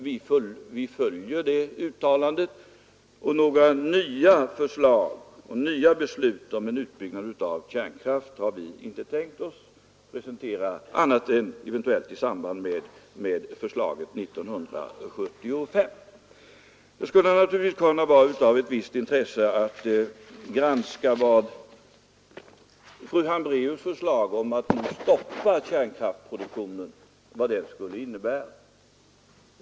Vi följer det uttalandet, och några nya beslut om en utbyggnad av kärnkraften har vi inte tänkt presentera, annat än eventuellt i samband med förslaget 1975. Det skulle naturligtvis kunna vara av visst intresse att granska vad fru Hambraeus” förslag att stoppa kärnkraftsproduktionen skulle innebära.